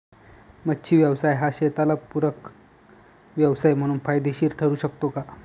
मच्छी व्यवसाय हा शेताला पूरक व्यवसाय म्हणून फायदेशीर ठरु शकतो का?